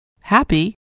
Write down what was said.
happy